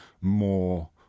more